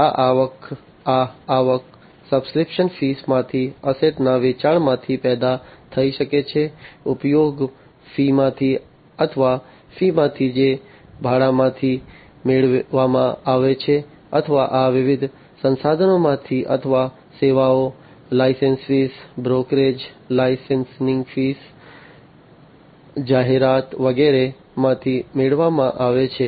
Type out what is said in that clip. આ આવક આ આવક સબ્સ્ક્રિપ્શન ફીમાંથી અસેટના વેચાણમાંથી પેદા થઈ શકે છે ઉપયોગ ફીમાંથી અથવા ફીમાંથી જે ભાડામાંથી મેળવવામાં આવે છે અથવા આ વિવિધ સંસાધનોમાંથી અથવા સેવાઓ લાયસન્સ ફી બ્રોકરેજ લાઇસેંસિંગ ફીજાહેરાત વગેરે વગેરે માંથી મેળવવામાં આવે છે